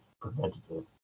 preventative